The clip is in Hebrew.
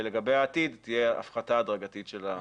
ולגבי העתיד תהיה הפחתה הדרגתית של התשלומים.